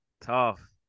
Tough